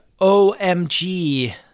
omg